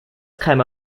käme